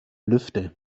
lüfte